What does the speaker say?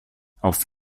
auf